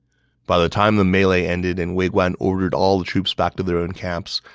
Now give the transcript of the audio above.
by the time the melee ended and wei guan ordered all the troops back to their own camps,